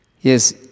Yes